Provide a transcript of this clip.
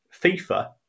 FIFA